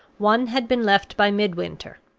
one had been left by midwinter.